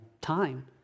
time